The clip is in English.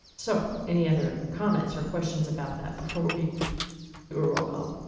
so any other comments or questions about that before we do a roll call?